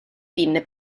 pinne